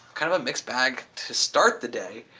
kind of a mixed bag to start the day.